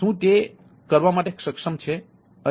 શું તે તે કરવા માટે સક્ષમ છે